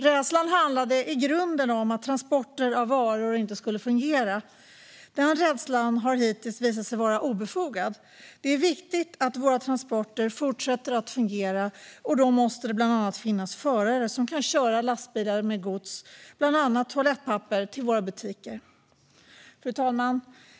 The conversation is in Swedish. Rädslan handlade i grunden om att transporter av varor inte skulle fungera. Den rädslan har hittills visat sig vara obefogad. Det är viktigt att våra transporter fortsätter fungera. Då måste det bland annat finnas förare som kan köra lastbilar med gods, till exempel toalettpapper, till våra butiker. Fru talman!